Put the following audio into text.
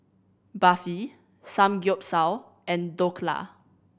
Barfi Samgyeopsal and Dhokla